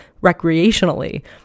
recreationally